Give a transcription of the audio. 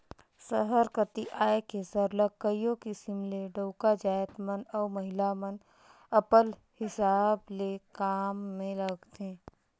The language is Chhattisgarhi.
सहर कती आए के सरलग कइयो किसिम ले डउका जाएत मन अउ महिला मन अपल हिसाब ले काम में लगथें